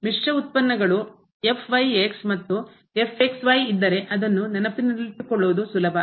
ಮಿಶ್ರ ಉತ್ಪನ್ನಗಳು ಮತ್ತು ಇದ್ದರೆ ಅದನ್ನು ನೆನಪಿಟ್ಟುಕೊಳ್ಳುವುದು ಸುಲಭ